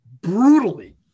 brutally